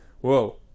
whoa